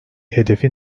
hedefi